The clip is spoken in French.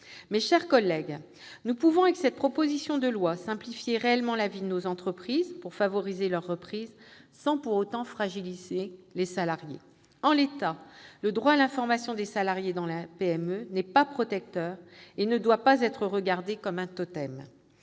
Mes chers collègues, nous pouvons, par cette proposition de loi, simplifier réellement la vie de nos entreprises pour favoriser leur reprise sans pour autant fragiliser les salariés. En l'état, le droit à l'information des salariés dans les PME n'est pas protecteur et ne doit pas être regardé comme un totem.